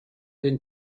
den